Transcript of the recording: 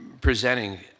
presenting